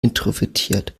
introvertiert